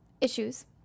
issues